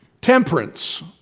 temperance